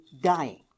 dying